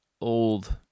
old